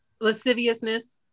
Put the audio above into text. lasciviousness